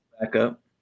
backup